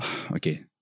okay